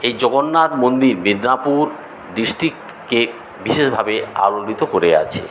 এই জগন্নাথ মন্দির মেদিনীপুর ডিস্ট্রিক্টকে বিশেষভাবে আলোড়িত করে আছে